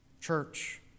Church